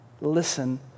listen